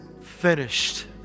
finished